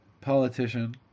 politician